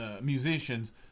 musicians